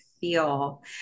feel